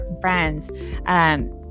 friends